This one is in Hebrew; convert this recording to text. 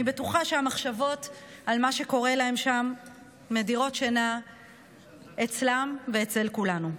אני בטוחה שהמחשבות על מה שקורה להם שם מדירות שינה אצלם ואצל כולנו.